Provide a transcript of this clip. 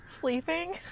Sleeping